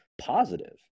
positive